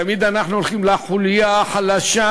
תמיד אנחנו הולכים לחוליה החלשה,